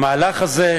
למהלך הזה,